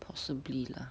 possibly lah